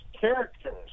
characters